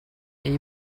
been